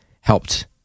helped